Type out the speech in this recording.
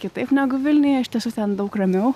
kitaip negu vilniuje iš tiesų ten daug ramiau